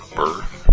birth